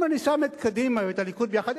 אם אני שם את קדימה ואת הליכוד יחד,